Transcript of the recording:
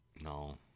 No